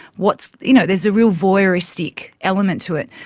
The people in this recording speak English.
what's, you know, there's a real voyeuristic element to it.